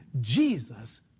Jesus